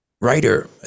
writer